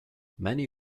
many